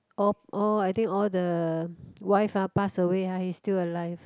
all all I think all the wife uh pass away [huh] he still alive